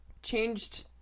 Changed